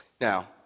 Now